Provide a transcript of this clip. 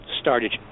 started